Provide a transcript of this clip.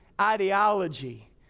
ideology